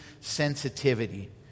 sensitivity